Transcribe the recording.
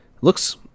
looks